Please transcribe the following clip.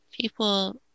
people